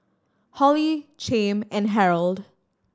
Holly Chaim and Harrold